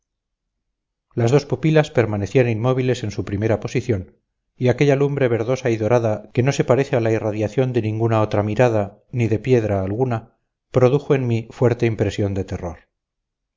las dos pupilas permanecían inmóviles en su primera posición y aquella lumbre verdosa y dorada que no se parece a la irradiación de ninguna otra mirada ni de piedra alguna produjo en mí fuerte impresión de terror